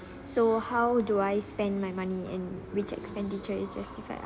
so how do I spend my money and which expenditure is justified